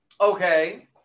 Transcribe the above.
Okay